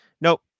Nope